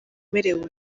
umerewe